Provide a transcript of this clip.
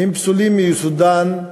הם פסולים מיסודם,